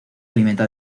alimenta